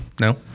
No